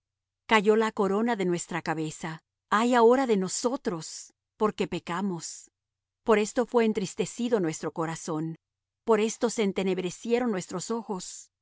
cayó la corona de nuestra cabeza ay ahora de nosotros porque pecamos por esto fué entristecido nuestro corazón por esto se entenebrecieron nuestro ojos